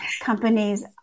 companies